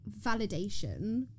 validation